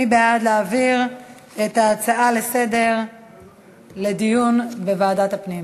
מי בעד להעביר את ההצעה לסדר-היום לדיון בוועדת הפנים?